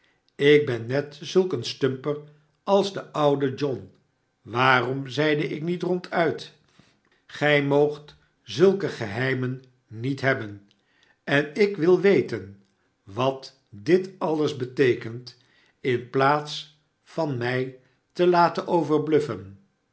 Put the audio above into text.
ik ben net zulk een stumper als de oude john waarom zeide ik niet ronduit gij moogt zulke geheimen niet hebben en ik wil weten wat dit alles beteekent in plaats van mij te laten overbluffen